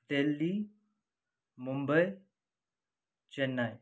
Delhi Mumbai Chennai